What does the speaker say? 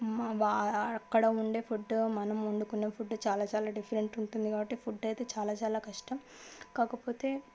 అక్కడ ఉండే ఫుడ్డు మనం వండుకునే ఫుడ్ చాలా చాలా డిఫరెంట్ ఉంటుంది కాబట్టి ఫుడ్ అయితే చాలా చాలా కష్టం కాకపోతే